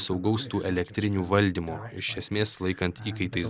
saugaus tų elektrinių valdymo iš esmės laikant įkaitais